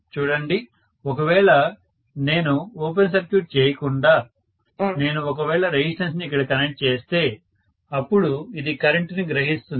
చూడండి ఒకవేళ నేను ఓపెన్ సర్క్యూట్ చేయకుండా నేను ఒకవేళ రెసిస్టెన్స్ ని ఇక్కడ కనెక్ట్ చేస్తే అప్పుడు ఇది కరెంటుని గ్రహిస్తుంది